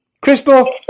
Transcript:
Crystal